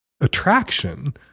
attraction